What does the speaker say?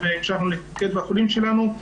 ואנחנו המשכנו להתמקד בחולים שלנו,